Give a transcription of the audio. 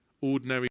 ordinary